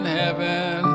heaven